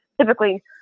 typically